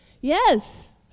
Yes